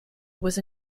was